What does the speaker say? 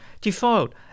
defiled